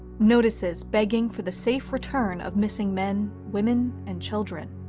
notices begging for the safe return of missing men, women, and children.